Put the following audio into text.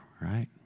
right